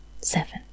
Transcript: Seven